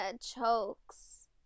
chokes